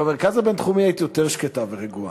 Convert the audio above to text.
במרכז הבין-תחומי היית יותר שקטה ורגועה.